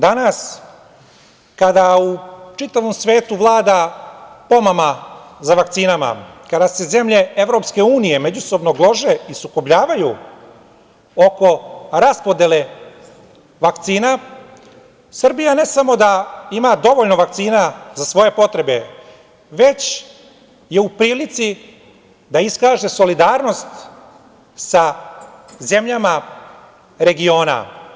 Danas, kada u čitavom svetu vlada pomama za vakcinama, kada se zemlje EU međusobno glože i sukobljavaju oko raspodele vakcina, Srbija ne samo da ima dovoljno vakcina za svoje potrebe, već je u prilici da iskaže solidarnost sa zemljama regiona.